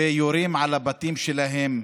ויורים על הבתים שלהם,